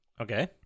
okay